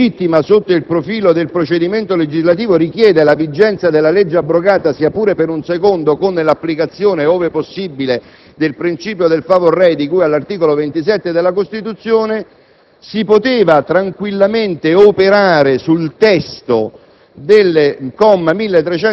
in vigore, invece di perseguire un'operazione che per essere legittima sotto il profilo del procedimento legislativo richiede la vigenza della legge abrogata sia pure per un secondo come l'applicazione, ove possibile, del principio del *favor rei*, di cui all'articolo 27 della Costituzione,